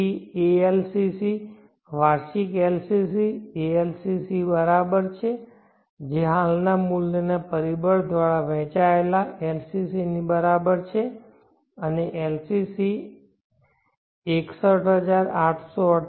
તેથી ALCC વાર્ષિક LCC ALCC બરાબર છે જે હાલના મૂલ્યના પરિબળ દ્વારા વહેંચાયેલ LCC ની બરાબર છે અને LCC 61848